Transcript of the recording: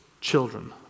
children